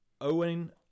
Owen